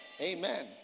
Amen